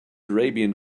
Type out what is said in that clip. arabian